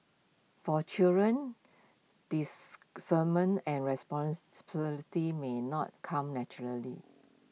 for children discernment and may not come naturally